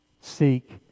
seek